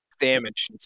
damage